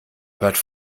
hört